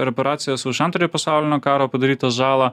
reparacijas už antrojo pasaulinio karo padarytą žalą